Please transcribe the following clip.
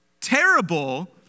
terrible